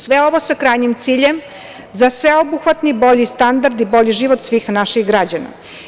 Sve ovo sa krajnji ciljem za sve obuhvatni bolji standard i bolji život svih naših građana.